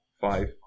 five